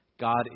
God